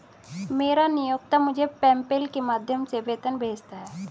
मेरा नियोक्ता मुझे पेपैल के माध्यम से वेतन भेजता है